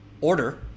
order